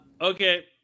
Okay